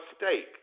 mistake